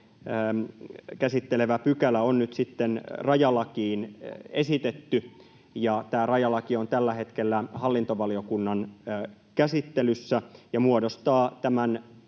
käsittelevä pykälä on nyt sitten rajalakiin esitetty, ja tämä rajalaki on tällä hetkellä hallintovaliokunnan käsittelyssä ja muodostaa